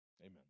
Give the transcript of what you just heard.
Amen